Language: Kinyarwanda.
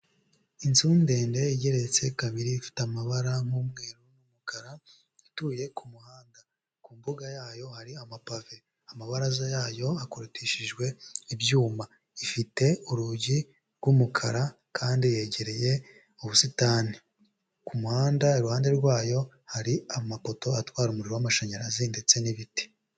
Inzu ndende igereretse kabiri ifite amabara nk'umweru n'umukara, ituye ku muhanda, ku mbuga yayo hari amapave, amabaraza yayo hakorotishijwe ibyuma, ifite urugi rw'umukara kandi yegereye ubusitani, ku muhanda iruhande rwayo hari amapoto atwara umuriro w'amashanyarazi ndetse n'ibiti.